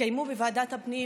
התקיימו בוועדת הפנים